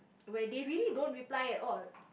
where they really don't reply at all